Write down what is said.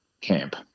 camp